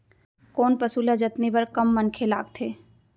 कोन पसु ल जतने बर कम मनखे लागथे?